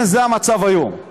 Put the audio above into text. זה המצב היום.